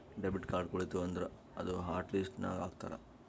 debit card ಕಳಿತು ಅಂದುರ್ ಅದೂ ಹಾಟ್ ಲಿಸ್ಟ್ ನಾಗ್ ಹಾಕ್ತಾರ್